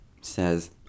says